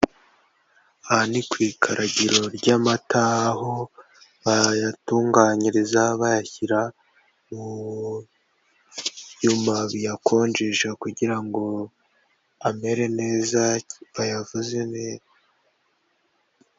Aha ni ku ikaragiro ry'amata aho bayatunganyiriza bayashyira mu byuma biyakonjesha kugira ngo amere neza bayavuze neza.